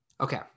Okay